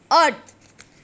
earth